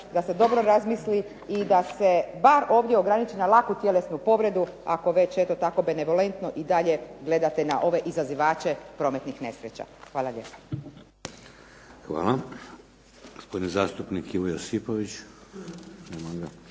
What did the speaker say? da se dobro razmisli i da se bar ovdje ograniči na laku tjelesnu povredu, ako već eto tako benevolentno i dalje gledate na ove izazivače prometnih nesreća. Hvala lijepo. **Šeks, Vladimir (HDZ)** Hvala. Gospodin zastupnik Ivo Josipović. Nema